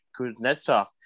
Kuznetsov